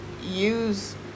use